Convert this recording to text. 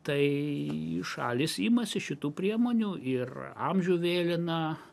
tai šalys imasi šitų priemonių ir amžių vėlina